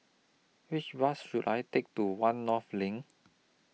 Which Bus should I Take to one North LINK